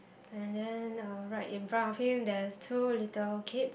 and then uh right in front of him there is two little kids